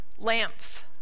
lamps